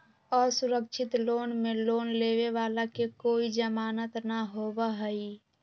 असुरक्षित लोन में लोन लेवे वाला के कोई जमानत न होबा हई